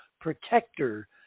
protector